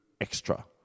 extra